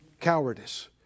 Cowardice